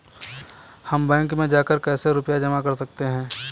हम बैंक में जाकर कैसे रुपया जमा कर सकते हैं?